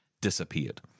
disappeared